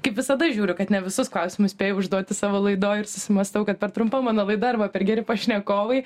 kaip visada žiūriu kad ne visus klausimus spėju užduoti savo laidoj ir susimąstau kad per trumpa mano laida arba per geri pašnekovai